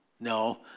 No